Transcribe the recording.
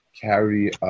carry